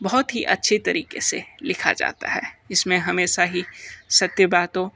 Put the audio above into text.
बहुत ही अच्छे तरीके से लिखा जाता है इसमें हमेशा ही सत्य बातों